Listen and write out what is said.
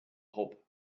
hop